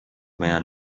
man